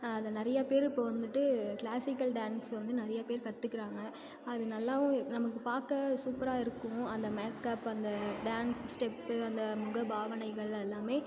அதை நிறையா பேர் இப்போ வந்துவிட்டு கிளாசிக்கல் டான்ஸ் வந்து நிறையா பேர் கற்றுக்குறாங்க அது நல்லாவும் நமக்கு பார்க்க சூப்பராக இருக்கும் அந்த மேக்கப் அந்த டான்ஸு ஸ்டெப்பு அந்த முகபாவனைகள் அது எல்லாமே